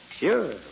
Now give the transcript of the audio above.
Sure